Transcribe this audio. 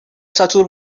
ساتور